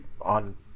on